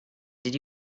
did